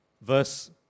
verse